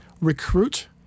recruit